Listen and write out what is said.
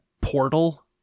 portal